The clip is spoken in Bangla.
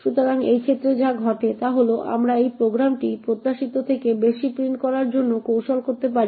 সুতরাং এই ক্ষেত্রে যা ঘটে তা হল আমরা এই প্রোগ্রামটি প্রত্যাশিত থেকে বেশি প্রিন্ট করার জন্য কৌশল করতে পারি